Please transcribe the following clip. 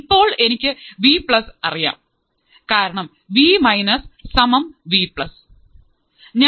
ഇപ്പോൾ എനിക്ക് V plus അറിയാം കാരണം വി മൈനസ് സമം വി പ്ലസ് V V